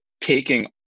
taking